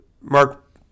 Mark